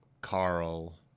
Carl